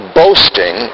boasting